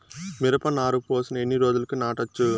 మిరప నారు పోసిన ఎన్ని రోజులకు నాటచ్చు?